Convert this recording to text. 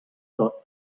got